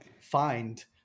find